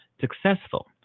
successful